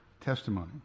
testimony